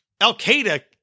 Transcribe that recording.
Al-Qaeda